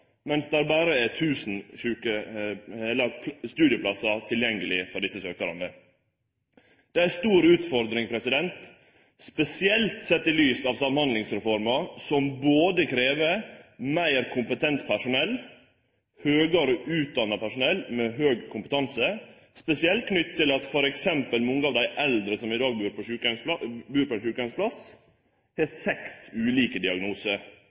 mens det berre er 1 000 studieplassar tilgjengeleg for desse søkjarane. Det er ei stor utfordring, spesielt sett i lys av Samhandlingsreforma, som krev meir kompetent personell, høgare utdanna personell med høg kompetanse, spesielt knytt til at f.eks. mange av dei eldre som i dag bur på